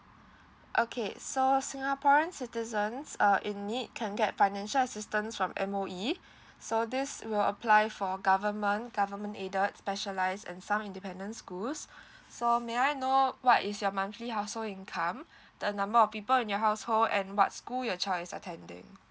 okay so singaporean citizens uh in need can get financial assistance from M_O_E so this will apply for government government aided specialise in some independent schools so may I know what is your monthly household income the number of people in your household and what school your child is attending